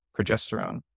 progesterone